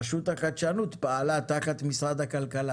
רשות החדשנות פעלה אז תחת משרד הכלכלה,